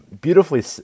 beautifully